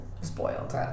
spoiled